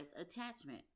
attachment